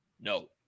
no